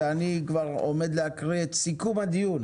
ואני כבר עומד להקריא את סיכום הדיון,